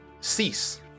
cease